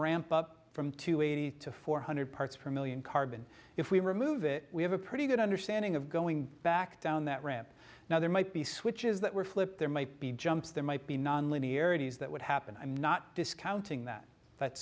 ramp up from two eighty to four hundred parts per million carbon if we remove it we have a pretty good understanding of going back down that ramp now there might be switches that were flipped there might be jumps there might be nonlinearities that would happen i'm not discounting that